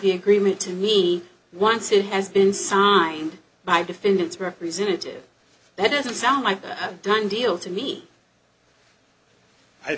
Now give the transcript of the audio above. the agreement to me once it has been signed by defendant's representative that doesn't sound like a done deal to me i